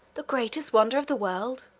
the greatest wonder of the world?